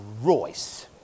Royce